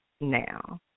Now